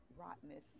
rottenness